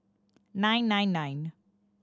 nine nine nine